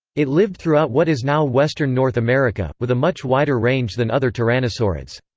it lived throughout what is now western north america, with a much wider range than other tyrannosaurids.